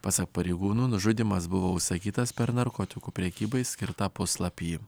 pasak pareigūnų nužudymas buvo užsakytas per narkotikų prekybai skirtą puslapį